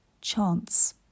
Chance